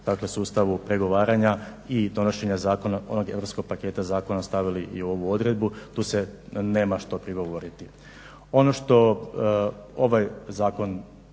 smo u sustavu pregovaranja i donošenja onog europskog paketa zakona stavili i u ovu odredbu. Tu se nema što prigovoriti. Ono što ovaj zakon